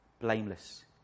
blameless